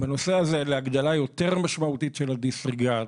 בנושא הזה להגדלה יותר משמעותית של הדיסריגרד.